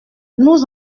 nous